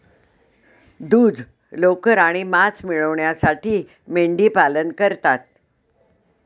दूध, लोकर आणि मांस मिळविण्यासाठी मेंढीपालन करतात